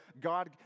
God